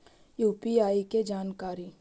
UPI के जानकारी?